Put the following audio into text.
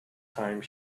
time